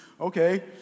Okay